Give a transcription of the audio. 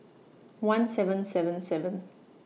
one seven seven seven